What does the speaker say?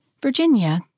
Virginia